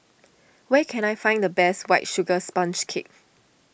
where can I find the best White Sugar Sponge Cake